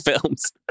films